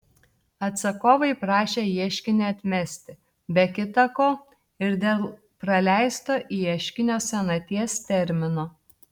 atsakovai prašė ieškinį atmesti be kita ko ir dėl praleisto ieškinio senaties termino